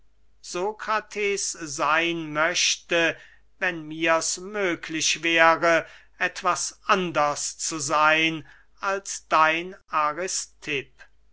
sokrates seyn möchte wenn mirs möglich wäre etwas anders zu seyn als dein